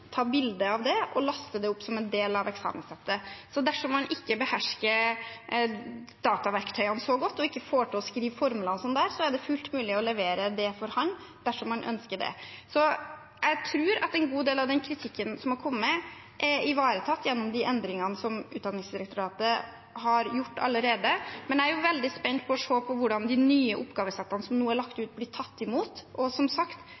ta bilde av det og laste det opp som en del av eksamensettet, så dersom man ikke behersker dataverktøyene så godt og ikke får til å skrive formler o.l. der, er det fullt mulig å levere det for hånd dersom man ønsker det. Så jeg tror at en god del av den kritikken som er kommet, er ivaretatt gjennom de endringene som Utdanningsdirektoratet har gjort allerede, men jeg er veldig spent på å se på hvordan de nye oppgavesettene som nå er lagt ut, blir tatt imot. Som sagt,